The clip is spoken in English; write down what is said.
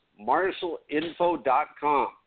MarshallInfo.com